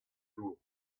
dour